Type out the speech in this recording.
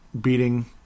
beating